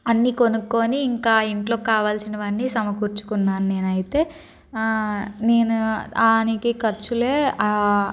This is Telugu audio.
అన్నీ కొనుక్కొని ఇంకా ఇంటిలో కావాల్సినవి అన్నీ సమకూర్చుకున్నాను నేనైతే నేను దానికి ఖర్చులే